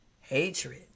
Hatred